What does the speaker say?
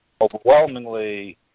overwhelmingly